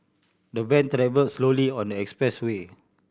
the van travelled slowly on the expressway